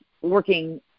working